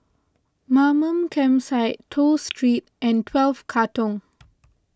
Mamam Campsite Toh Street and twelve Katong